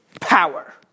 power